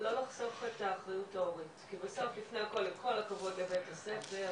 שלא לחסוך באחריות ההורים כי בסוף עם כל הכבוד לבית הספר,